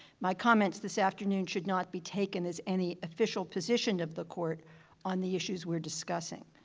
my comments this afternoon should not be taken as any official position of the court on the issues we're discussing,